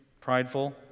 prideful